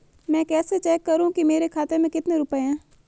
मैं कैसे चेक करूं कि मेरे खाते में कितने रुपए हैं?